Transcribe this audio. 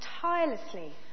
tirelessly